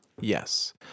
Yes